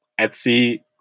Etsy